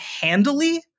handily